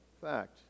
fact